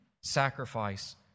sacrifice